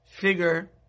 figure